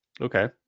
Okay